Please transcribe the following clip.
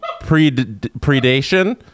predation